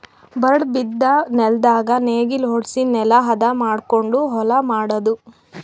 ಬರಡ್ ಬಿದ್ದ ನೆಲ್ದಾಗ ನೇಗಿಲ ಹೊಡ್ಸಿ ನೆಲಾ ಹದ ಮಾಡಕೊಂಡು ಹೊಲಾ ಮಾಡದು